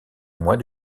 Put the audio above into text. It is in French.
mois